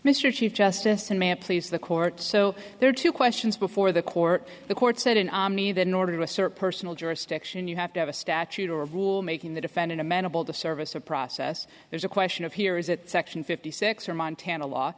mr chief justice and ma'am please the court so there are two questions before the court the court said in me that in order to assert personal jurisdiction you have to have a statute or a rule making the defendant amenable to service a process there's a question of here is that section fifty six or montana law